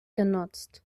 genutzt